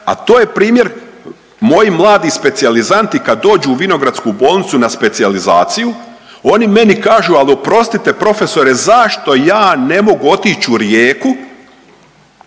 a to je primjer moji mladi specijalizanti kad dođu u Vinogradsku bolnicu na specijalizaciju oni meni kažu ali oprostite profesore zašto ja ne mogu otići u Rijeku